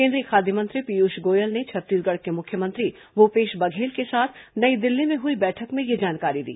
केंद्रीय खाद्य मंत्री पीयूष गोयल ने छत्तीसगढ़ के मुख्यमंत्री भूपेश बघेल के साथ नई दिल्ली में हुई बैठक में यह जानकारी दी